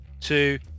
two